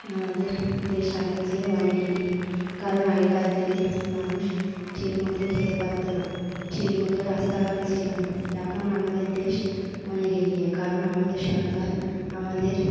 আমাদের দেশ আগে চেয়ে অনেকে এগিয়ে কারণ আগেকার দিনে মানুষ ঠিকমতো খেতে পারতো না ঠিকমতো রাস্তাঘাটও ছিলো না এখন আমাদের দেশ অনেকে এগিয়ে কারণ আমাদের সরকার আমাদের